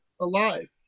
alive